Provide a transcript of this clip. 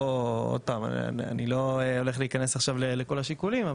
אני לא הולך להיכנס לכל השיקולים,